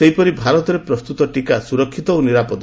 ସେହିପରି ଭାରତରେ ପ୍ରସ୍ତତ ଟିକା ସୁରକ୍ଷିତ ଓ ନିରାପଦ